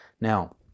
Now